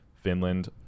Finland